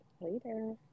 Later